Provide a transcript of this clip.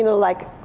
like,